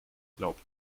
glaubt